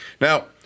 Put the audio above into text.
Now